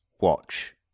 watch